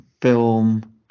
film